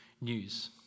news